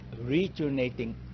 rejuvenating